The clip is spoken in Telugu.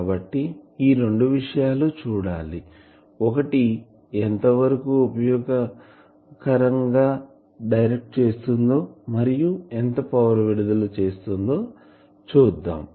కాబట్టి ఈ రెండు విషయాలు చూడాలి ఒకటి ఎంతవరకు ఉపయోగకరం గా డైరెక్ట్ చేస్తుందో మరియు ఎంత పవర్ విడుదల చేస్తుందో చూద్దాం